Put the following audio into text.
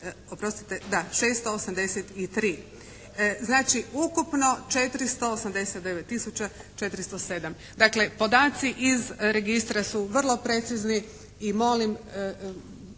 683. Znači, ukupno 489 tisuća 407. Dakle, podaci iz registra su vrlo precizni i molim